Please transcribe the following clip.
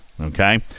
okay